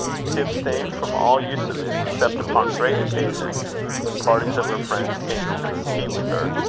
she abstained from all use of it except upon great occasions when parties of her friends came to drink tea with her.